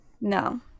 no